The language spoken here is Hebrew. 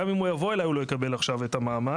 גם אם הוא יבוא אליי הוא לא יקבל עכשיו את המעמד.